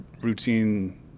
routine